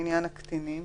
לעניין הקטינים,